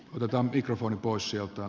odotan mikrofonit pois jotta